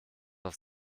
auf